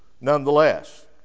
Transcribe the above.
nonetheless